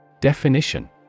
Definition